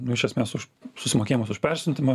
nu iš esmės už susimokėjimas už persiuntimą